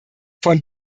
von